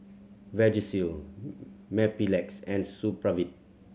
Vagisil Mepilex and Supravit